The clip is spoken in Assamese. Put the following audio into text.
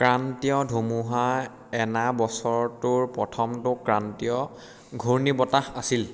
ক্ৰান্তীয় ধুমুহা এনা বছৰটোৰ প্ৰথমটো ক্ৰান্তীয় ঘূৰ্ণীবতাহ আছিল